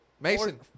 Mason